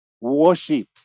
worship